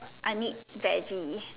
I need verge